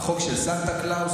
החוק של סנטה קלאוס,